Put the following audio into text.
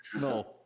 No